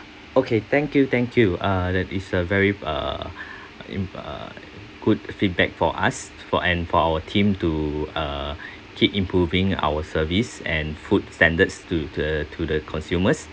okay thank you thank you ah that is a very uh in uh good feedback for us for and for our team to uh keep improving our service and food standards to to uh to the consumers